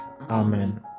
Amen